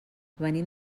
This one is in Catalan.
venim